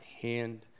hand